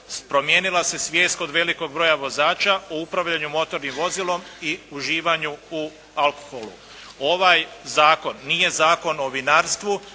Promijenila se svijest kod velikog broja vozača o upravljanju motornim vozilom i uživanju u alkoholu. Ovaj zakon nije Zakon o vinarstvu,